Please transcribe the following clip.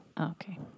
Okay